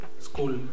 school